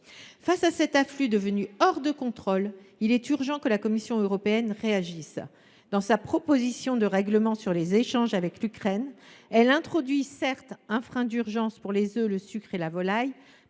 Face à cet afflux devenu hors de contrôle, il est urgent que la Commission européenne réagisse. Dans sa proposition de règlement sur les échanges avec l’Ukraine, elle introduit, certes, un frein d’urgence pour les œufs, le sucre et la volaille,